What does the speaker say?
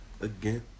again